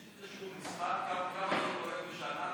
יש את המספר, כמה זה קורה בשנה?